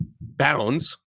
bounds